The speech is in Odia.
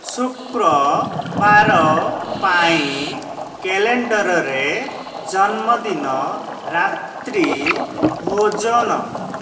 ଶୁକ୍ରବାର ପାଇଁ କ୍ୟାଲେଣ୍ଡରରେ ଜନ୍ମଦିନ ରାତ୍ରୀ ଭୋଜନ